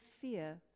fear